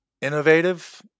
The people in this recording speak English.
innovative